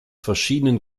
verschiedenen